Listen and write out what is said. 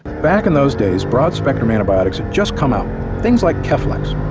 back in those days broad spectrum antibiotics had just come out things like keflex.